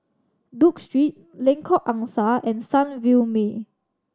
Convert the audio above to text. Duke Street Lengkok Angsa and Sunview Way